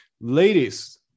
Ladies